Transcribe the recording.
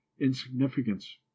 insignificance